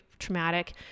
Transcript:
traumatic